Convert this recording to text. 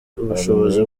ubushobozi